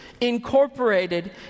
incorporated